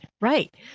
Right